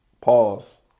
Pause